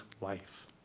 life